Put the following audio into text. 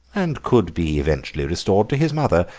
and could be eventually restored to his mother,